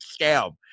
scam